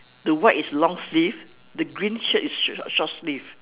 the white is long sleeve the green shirt is sh~ short sleeve